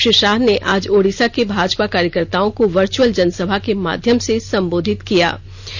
श्री शाह आज ओडिषा के भाजपा कार्यकत्ताओं को वर्चअल जनसभा के माध्यम से संबोधित कर रहे थे